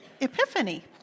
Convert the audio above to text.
Epiphany